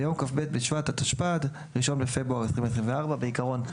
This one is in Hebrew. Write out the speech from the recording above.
ביום כ"ב בשבט התשפ"ד (1 בפברואר 2024). בעיקרון,